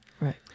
Right